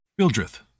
Bildrith